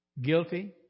Guilty